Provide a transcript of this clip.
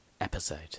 episode